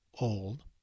old